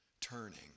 turning